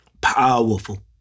Powerful